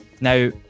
Now